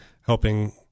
helping